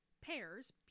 pairs